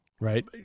right